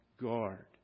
guard